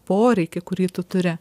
poreikį kurį tu turi